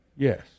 Yes